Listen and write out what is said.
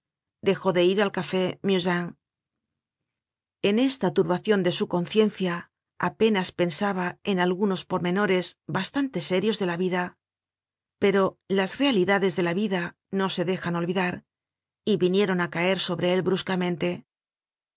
dejó de ir al café musain content from google book search generated at en esta turbacion de su conciencia apenas pensaba en algunos pormenores bastante serios de la vida pero las realidades de la vida no se dejan olvidar y vinieron á caer sobre él bruscamente una